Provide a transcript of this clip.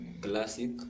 classic